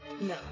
No